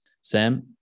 Sam